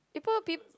people peo~